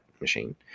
machine